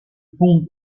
pont